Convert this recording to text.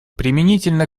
применительно